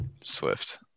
Swift